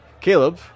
Caleb